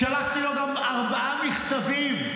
שלחתי לו גם ארבעה מכתבים,